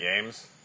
games